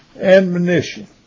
admonition